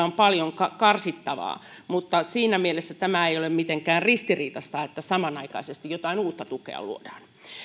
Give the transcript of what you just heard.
on paljon karsittavaa mutta siinä mielessä tämä ei ole mitenkään ristiriitaista että samanaikaisesti jotain uutta tukea luodaan